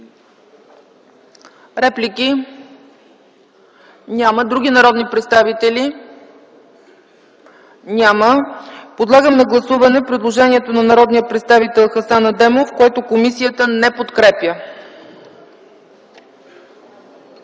Реплики? Няма. Други народни представители? Няма. Подлагам на гласуване предложението на народния представител Хасан Адемов, което комисията не подкрепя.